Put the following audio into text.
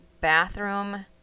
bathroom